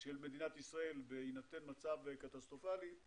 של מדינת ישראל בהינתן מצב קטסטרופלי,